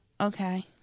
Okay